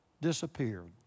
disappeared